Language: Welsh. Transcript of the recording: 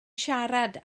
siarad